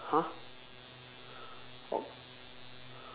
!huh! oh